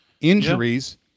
Injuries